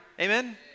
Amen